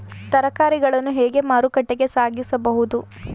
ತರಕಾರಿಗಳನ್ನು ಹೇಗೆ ಮಾರುಕಟ್ಟೆಗೆ ಸಾಗಿಸಬಹುದು?